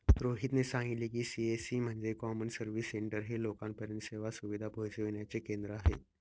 रोहितने सांगितले की, सी.एस.सी म्हणजे कॉमन सर्व्हिस सेंटर हे लोकांपर्यंत सेवा सुविधा पोहचविण्याचे केंद्र आहे